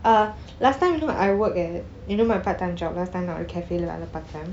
uh last time you know I work at you know my part time job last time நான் ஒரு:naan oru cafe லே வேலை பார்த்தேன்:lei velai paarthen